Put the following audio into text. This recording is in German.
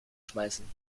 schmeißen